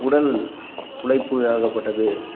உடல் உழைப்பு ஆகப்பட்டது